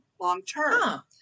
long-term